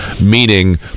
meaning